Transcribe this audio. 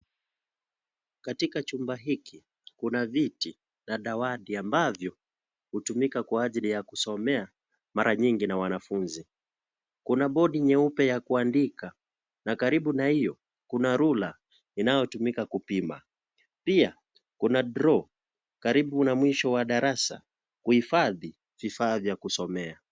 Katika chumba hiki kuna viti na dawati ambavyo hutumika kwa ajili ya kusomea mara nyingi na wanafunzi, kuna bodi nyeupe ya kuandika na karibu na hio kuna ruler inayotumika kupima pia kuna draw karibu na mwisho wa darasa kuhifadhi vifaa vya kusomea.